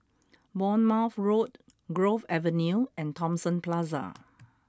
Bournemouth Road Grove Avenue and Thomson Plaza